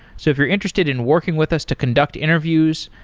so if you're interested in working with us to conduct interviews,